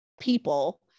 people